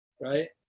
right